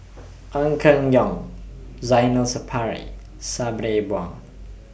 Ong Keng Yong Zainal Sapari Sabri Buang